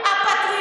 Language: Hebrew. די,